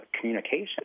communication